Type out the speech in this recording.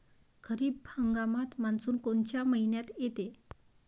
खरीप हंगामात मान्सून कोनच्या मइन्यात येते?